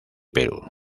perú